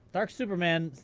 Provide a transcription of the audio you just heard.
darksuperman,